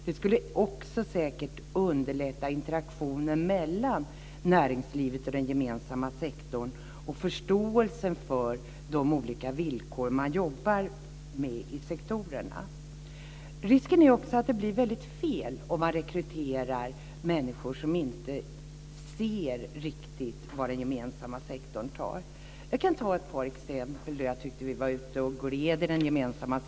Det skulle säkert också underlätta interaktionen mellan näringslivet och den gemensamma sektorn och öka förståelsen för de olika villkor som man jobbar under i de olika sektorerna. Risken är också att det blir väldigt fel om man rekryterar människor som inte riktigt ser vad den gemensamma sektorn står för. Jag kan ta ett par exempel där jag tycker att den gemensamma sektorn var ute och gled.